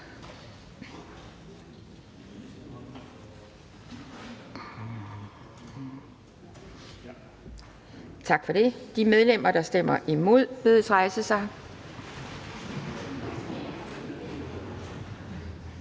tjek på det. De medlemmer, der stemmer imod, bedes rejse sig.